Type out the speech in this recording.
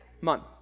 month